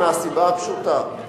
מהסיבה הפשוטה,